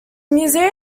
museum